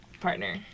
partner